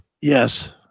Yes